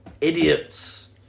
Idiots